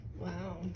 Wow